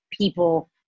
people